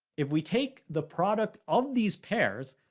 if we take the product of these pairs,